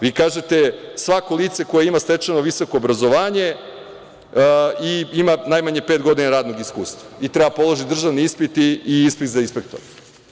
Vi kažete – svako lice koje ima stečeno visoko obrazovanje, ima najmanje pet godina radnog iskustva i treba da položi državni ispit i ispit za inspektora.